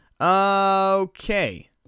Okay